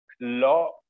law